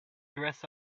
dress